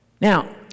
Now